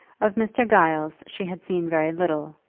of mr. giles she had seen very little,